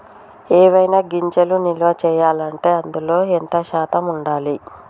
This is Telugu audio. ఏవైనా గింజలు నిల్వ చేయాలంటే అందులో ఎంత శాతం ఉండాలి?